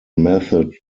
method